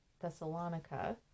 Thessalonica